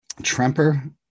tremper